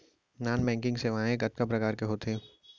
non banking सेवाएं कतका प्रकार के होथे